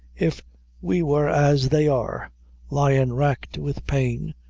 if we were as they are lyin' racked with pain,